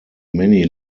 many